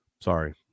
Sorry